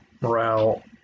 morale